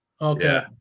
Okay